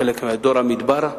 דור המדבר,